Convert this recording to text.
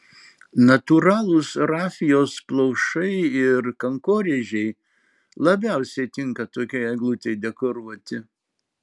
natūralūs rafijos plaušai ir kankorėžiai labiausiai tinka tokiai eglutei dekoruoti